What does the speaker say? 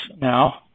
now